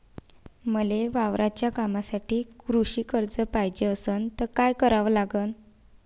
मले वावराच्या कामासाठी कृषी कर्ज पायजे असनं त काय कराव लागन?